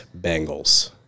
Bengals